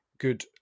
good